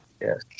Yes